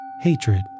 Hatred